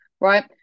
right